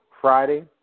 Friday